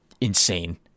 insane